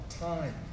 time